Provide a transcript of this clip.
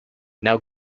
now